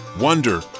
wonder